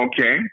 okay